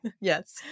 Yes